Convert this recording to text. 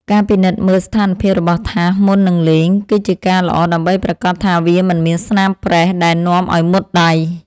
ការពិនិត្យមើលស្ថានភាពរបស់ថាសមុននឹងលេង គឺជាការល្អដើម្បីប្រាកដថាវាមិនមានស្នាមប្រេះដែលនាំឱ្យមុតដៃ។